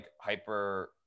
hyper